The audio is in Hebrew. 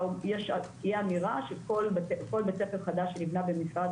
תהיה אמירה שכל בית ספר חדש שנבנה במשרד